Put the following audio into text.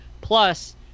Plus